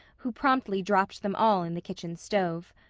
who promptly dropped them all in the kitchen stove.